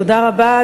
תודה רבה.